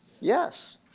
Yes